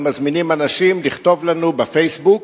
אנחנו מזמינים אנשים לכתוב לנו ב"פייסבוק".